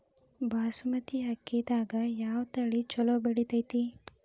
ಬಾಸುಮತಿ ಅಕ್ಕಿದಾಗ ಯಾವ ತಳಿ ಛಲೋ ಬೆಳಿತೈತಿ?